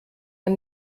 man